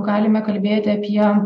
galime kalbėti apie